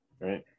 right